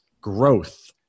growth